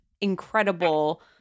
incredible